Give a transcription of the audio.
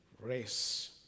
race